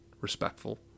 respectful